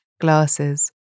glasses